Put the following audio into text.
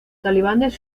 talibanes